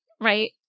Right